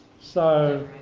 so,